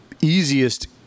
easiest